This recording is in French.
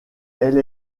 elle